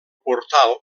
portal